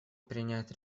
принять